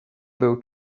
byl